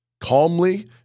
calmly